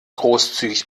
großzügig